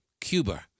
Cuba